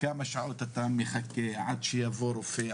כמה שעות אתה מחכה עד שיבוא רופא,